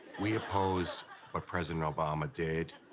we opposed what president obama did,